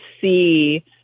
see